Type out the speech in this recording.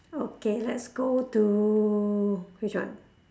okay let's go to which one